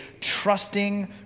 trusting